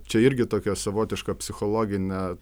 čia irgi tokia savotiška psichologinė